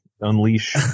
unleash